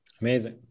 amazing